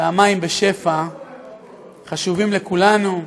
ועד כמה המים בשפע חשובים לכולנו.